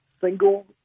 single